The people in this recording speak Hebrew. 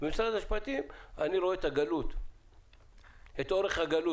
אני רואה את אורך הגלות,